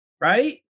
right